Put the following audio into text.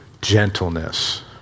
gentleness